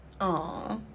Aw